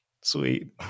Sweet